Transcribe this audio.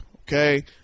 Okay